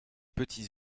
petits